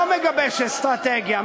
ולא מגבש אסטרטגיה.